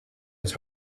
his